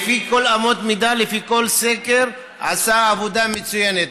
לפי כל אמת מידה, לפי כל סקר, עשה עבודה מצוינת.